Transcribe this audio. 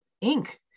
ink